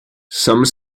some